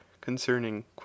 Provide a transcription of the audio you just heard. concerning